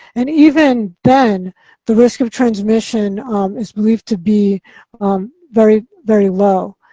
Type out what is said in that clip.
and even then the risk of transmission um is believed to be very, very low.